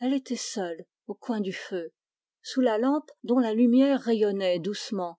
elle était seule au coin du feu sous la lampe dont la lumière rayonnait doucement